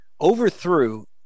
Overthrew